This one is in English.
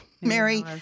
Mary